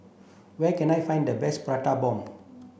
where can I find the best prata bomb